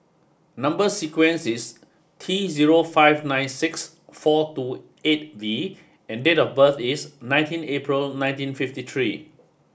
number sequence is T zero five nine six four two eight V and date of birth is nineteen April ninety fifty three